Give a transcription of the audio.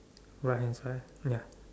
right hand side ya